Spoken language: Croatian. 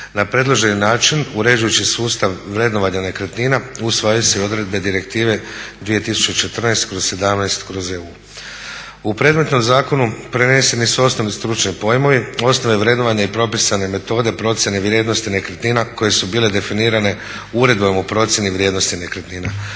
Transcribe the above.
Na predloženi način uređujući sustav vrednovanja nekretnina usvajaju se i odredbe Direktive 2014./17/EU. U predmetnom zakonu preneseni su osnovni stručni pojmovi, osnove vrednovanja i propisane metode procjene vrijednosti nekretnina koje su bile definirane uredbama o procjeni vrijednosti nekretnina.